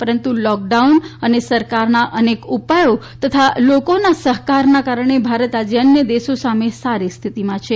પરંતુ લોકડાઉન અને સરકારના અનેક ઉપાયો તથા લોકોના સહકારના કારણે ભારત આજે અન્ય દેશોની સામે સારી સ્થિતિમાં છે